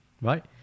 Right